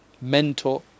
mentor